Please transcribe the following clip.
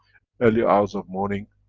early hours of morning,